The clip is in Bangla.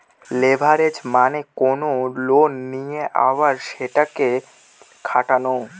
লেভারেজ মানে কোনো লোন নিয়ে আবার সেটাকে খাটানো